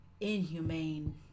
inhumane